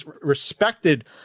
respected